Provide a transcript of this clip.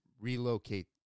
relocate